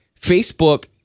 Facebook